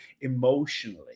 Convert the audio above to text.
emotionally